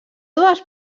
dues